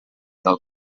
del